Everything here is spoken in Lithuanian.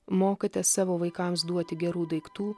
mokate savo vaikams duoti gerų daiktų